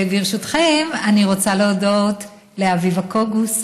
ברשותכם, אני רוצה להודות לאביבה קוגוס,